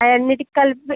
అవి అన్నింటికీ కలిపి